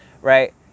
right